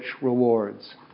rewards